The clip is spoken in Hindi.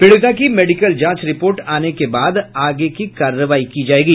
पीड़िता की मेडिकल जांच रिपोर्ट आने के बाद आगे की कार्रवाई की जायेगी